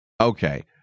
Okay